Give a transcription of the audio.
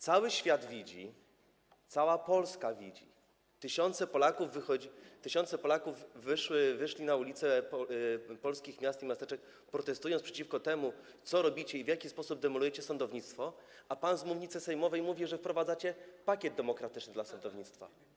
Cały świat widzi, cała Polska widzi, tysiące Polaków wyszło na ulice polskich miast i miasteczek, protestowało przeciwko temu, co robicie i w jaki sposób demolujecie sądownictwo, a pan z mównicy sejmowej mówi, że wprowadzacie pakiet demokratyczny dla sądownictwa.